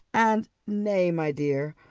and nay, my dear,